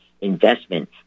investment